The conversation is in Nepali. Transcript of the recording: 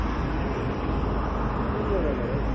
ए माछा दोकानको कुन जग्गाबाट हो